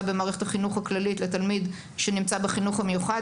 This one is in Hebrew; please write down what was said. במערכת החינוך הכללית לתלמיד שנמצא בחינוך המיוחד.